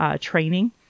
training